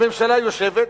הממשלה יושבת,